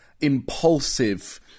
impulsive